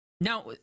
Now